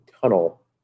tunnel